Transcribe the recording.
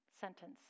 sentence